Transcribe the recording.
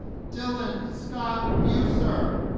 dylan scott buser